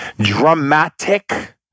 dramatic